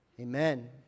Amen